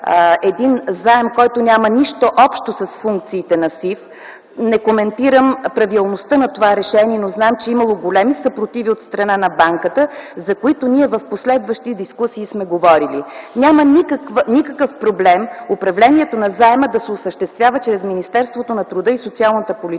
един заем, който няма нищо общо с функциите на СИФ. Не коментирам правилността на това решение, но знам, че е имало големи съпротиви от страна на банката, за които ние в последващи дискусии сме говорили. Няма никакъв проблем управлението на заема да се осъществява чрез Министерството на труда и социалната политика.